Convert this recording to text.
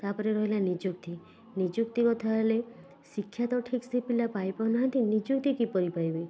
ତା'ପରେ ରହିଲା ନିଯୁକ୍ତି ନିଯୁକ୍ତି କଥାହେଲେ ଶିକ୍ଷା ତ ପିଲା ଠିକ୍ସେ ପାଇ ପାରୁନାହାଁନ୍ତି ନିଯୁକ୍ତି କିପରି ପାଇବେ